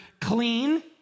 clean